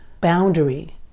boundary